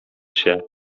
się